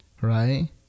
right